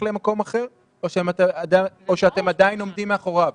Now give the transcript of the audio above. למקום אחר או שאתם עדיין עומדים מאחוריו?